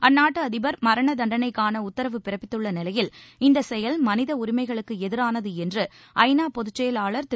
அந்நாட்டு அதிபர் மரண தண்டனைக்கான உத்தரவு பிறப்பித்துள்ள நிலையில் இந்தச் செயல் மனித உரிமைகளுக்கு எதிரானது என்று ஐ நா பொதுச் செயலாளர் திரு